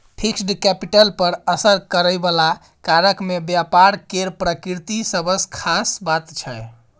fixed capital पर असर करइ बला कारक मे व्यापार केर प्रकृति सबसँ खास बात छै